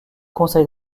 conseil